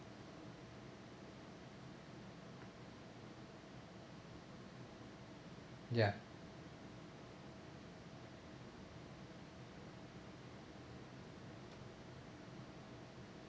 ya